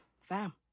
fam